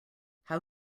how